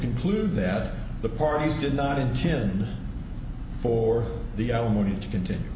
conclude that the parties did not intend for the alimony to continue